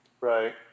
Right